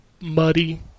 muddy